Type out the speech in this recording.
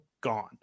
gone